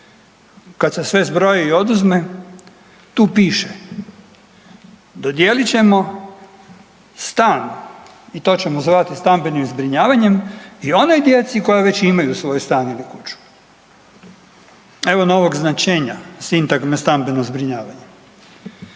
Kad se sve zbroji ili oduzme, tu piše, dodijelit ćemo stan i to ćemo zvati stambenim zbrinjavanjem i onoj djeci koja već imaju svoj stan ili kući. Evo novog značenja, sintagme stambeno zbrinjavanje.